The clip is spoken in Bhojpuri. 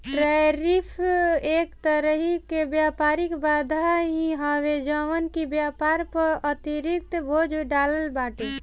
टैरिफ एक तरही कअ व्यापारिक बाधा ही हवे जवन की व्यापार पअ अतिरिक्त बोझ डालत बाटे